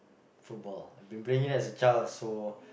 football I've been playing that as a child so